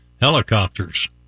helicopters